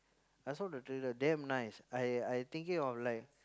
I saw the trailer damn nice I I thinking of like